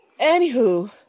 Anywho